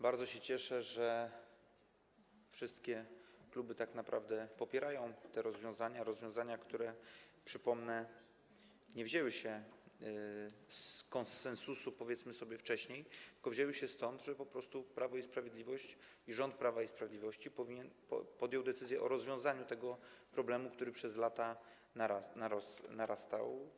Bardzo się cieszę, że wszystkie kluby tak naprawdę popierają te rozwiązania, które, przypomnę, nie wzięły się z konsensusu, powiedzmy sobie, nie było tego wcześniej, tylko wzięły się stąd, że po prostu Prawo i Sprawiedliwość, rząd Prawa i Sprawiedliwości podjął decyzję o rozwiązaniu tego problemu, który przez lata narastał.